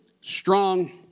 strong